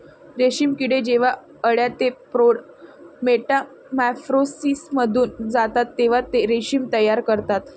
रेशीम किडे जेव्हा अळ्या ते प्रौढ मेटामॉर्फोसिसमधून जातात तेव्हा ते रेशीम तयार करतात